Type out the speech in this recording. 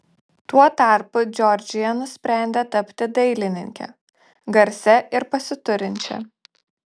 tuo tarpu džordžija nusprendė tapti dailininke garsia ir pasiturinčia